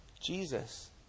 Jesus